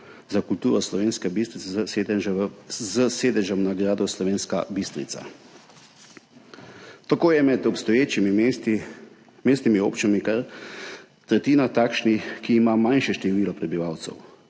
za kulturo Slovenska Bistrica s sedežem na gradu Slovenska Bistrica. Tako je med obstoječimi mestnimi občinami kar tretjina takšnih, ki ima manjše število prebivalcev